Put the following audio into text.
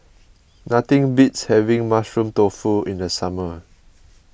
nothing beats having Mushroom Tofu in the summer